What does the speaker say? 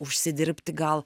užsidirbti gal